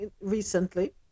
recently